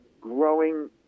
growing